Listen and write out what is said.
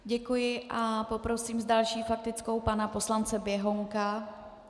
Děkuji a poprosím s další faktickou pana poslance Běhounka.